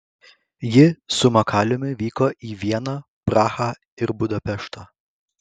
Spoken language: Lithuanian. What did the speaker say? ji su makaliumi vyko į vieną prahą ir budapeštą